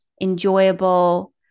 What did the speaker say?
enjoyable